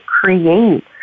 create